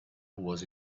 was